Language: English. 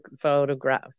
photograph